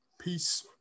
Peace